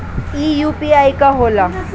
ई यू.पी.आई का होला?